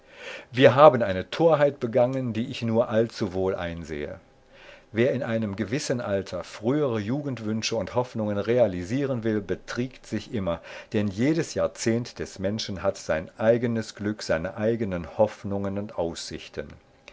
wir haben eine torheit begangen die ich nur allzuwohl einsehe wer in einem gewissen alter frühere jugendwünsche und hoffnungen realisieren will betriegt sich immer denn jedes jahrzehnt des menschen hat sein eigenes glück seine eigenen hoffnungen und aussichten